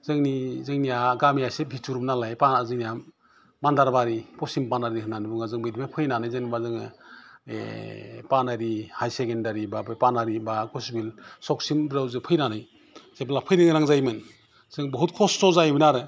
जोंनि जोंनिया गामिया एसे बिथुरमोन नालाय जोंनिया मान्दार बारि पसिम बानालि होनानै बुङो बिनिफ्राइ फैनानै जेनबा जोङो एय पानारि हाइसेकेन्डारि पानारि बा कसबिल चकसिम जों बेयाव फैनानै जेब्ला फैनो गोनां जायोमोन जों बुहुत खस्थ जायोमोन आरो